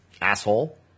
Asshole